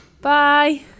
Bye